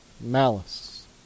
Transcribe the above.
malice